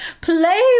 play